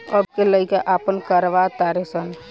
अब के लइका आपन करवा तारे सन